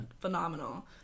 phenomenal